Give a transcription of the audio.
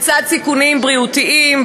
בצד סיכונים בריאותיים,